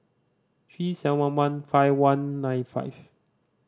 three seven one one five one nine five